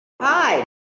Hi